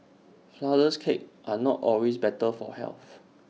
Flourless Cakes are not always better for health